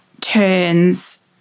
turns